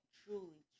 truly